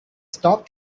stop